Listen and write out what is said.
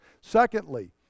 secondly